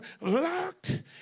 locked